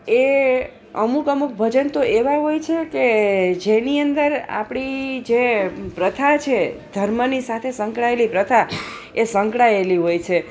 એ અમુક અમુક ભજન તો એવા હોય છે કે જેની અંદર આપણી જે પ્રથા છે ધર્મની સાથે સંકળાએલી પ્રથા છે એ સંકળાએલી હોય છે